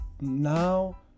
Now